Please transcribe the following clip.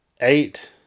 eight